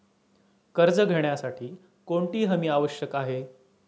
कर्ज घेण्यासाठी कोणती हमी आवश्यक आहे?